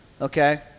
okay